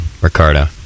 Ricardo